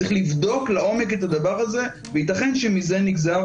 צריך לבדוק לעומק את הדבר הזה ויתכן שמזה נגזר